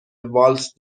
والت